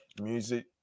Music